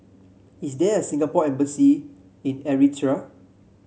is there a Singapore Embassy in Eritrea